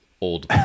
old